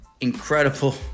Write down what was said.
incredible